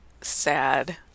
sad